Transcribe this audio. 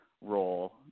role